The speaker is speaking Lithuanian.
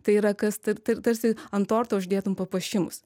tai yra kas tar tar tarsi ant torto uždėtum papuošimus